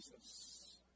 Jesus